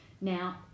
now